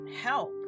help